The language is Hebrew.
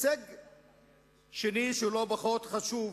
הישג שני, שהוא לא פחות חשוב,